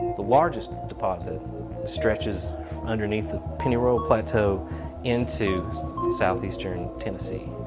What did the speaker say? the largest deposit stretches underneath the pennyroyal plateau into southeastern tennessee.